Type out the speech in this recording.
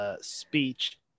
Speech